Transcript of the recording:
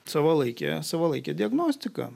savalaikė savalaikė diagnostika